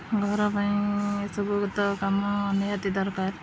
ଘର ପାଇଁ ଏସବୁ ତ କାମ ନିହାତି ଦରକାର